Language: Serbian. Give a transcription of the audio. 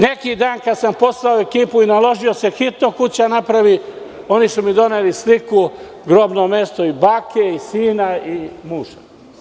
Neki dan kada sam poslao ekipu i naložio da se hitno kuća napravi, oni su mi doneli sliku grobnog mesta i bake, i sina, i muža.